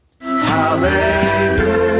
Hallelujah